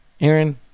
Aaron